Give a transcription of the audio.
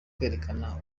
kwerekana